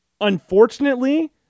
unfortunately